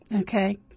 Okay